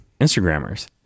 Instagrammers